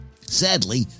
Sadly